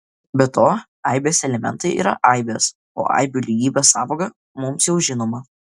be to aibės elementai yra aibės o aibių lygybės sąvoka mums jau žinoma